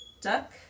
duck